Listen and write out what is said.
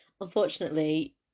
Unfortunately